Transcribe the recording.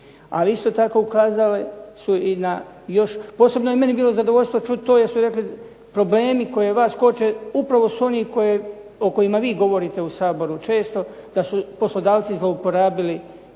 Ali isto tako ukazali su i na još, posebno je meni bilo zadovoljstvo čuti to jer su rekli problemi koji vas koče upravo su oni koje, o kojima vi govorite u Saboru često, da su poslodavci zlouporabili